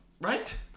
Right